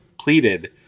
pleaded